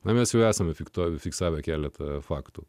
na mes jau esame fiksuojami fiksavę keletą faktų